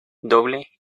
doble